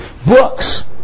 Books